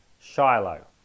Shiloh